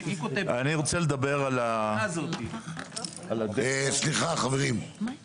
אני רוצה לדבר על הדפו -- סליחה החברים,